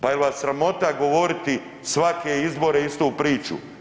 Pa jel vas sramota govoriti svake izbore istu priču?